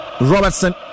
Robertson